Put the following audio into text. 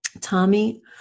Tommy